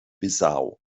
bissau